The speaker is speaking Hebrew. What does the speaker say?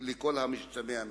על כל המשתמע מכך.